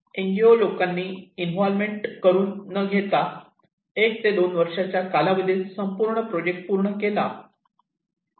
एनजीओने लोकांची इनव्होलमेंट करून न घेता एक ते दोन वर्षाच्या कालावधीत संपूर्ण प्रोजेक्ट पूर्ण केला